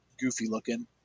goofy-looking